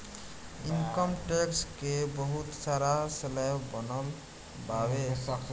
income tax के बहुत सारा स्लैब बनल बावे